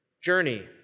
journey